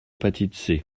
l’hépatite